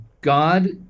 God